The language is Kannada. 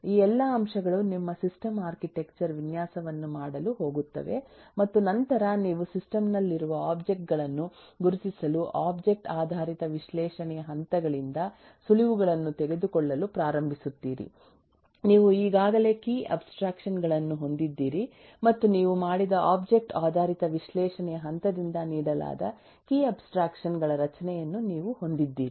ಈ ಎಲ್ಲಾ ಅಂಶಗಳು ನಿಮ್ಮ ಸಿಸ್ಟಮ್ ಆರ್ಕಿಟೆಕ್ಚರ್ ವಿನ್ಯಾಸವನ್ನು ಮಾಡಲು ಹೋಗುತ್ತವೆ ಮತ್ತು ನಂತರ ನೀವು ಸಿಸ್ಟಮ್ನಲ್ಲಿರುವ ಒಬ್ಜೆಕ್ಟ್ ಗಳನ್ನು ಗುರುತಿಸಲು ಒಬ್ಜೆಕ್ಟ್ ಆಧಾರಿತ ವಿಶ್ಲೇಷಣೆಯ ಹಂತಗಳಿಂದ ಸುಳಿವುಗಳನ್ನು ತೆಗೆದುಕೊಳ್ಳಲು ಪ್ರಾರಂಭಿಸುತ್ತೀರಿ ನೀವು ಈಗಾಗಲೇ ಕೀ ಅಬ್ಸ್ಟ್ರಾಕ್ಷನ್ ಗಳನ್ನು ಹೊಂದಿದ್ದೀರಿ ಮತ್ತು ನೀವು ಮಾಡಿದ ಒಬ್ಜೆಕ್ಟ್ ಆಧಾರಿತ ವಿಶ್ಲೇಷಣೆಯ ಹಂತದಿಂದ ನೀಡಲಾದ ಕೀ ಅಬ್ಸ್ಟ್ರಾಕ್ಷನ್ ಗಳ ರಚನೆಯನ್ನು ನೀವು ಹೊಂದಿದ್ದೀರಿ